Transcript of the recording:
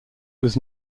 was